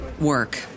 work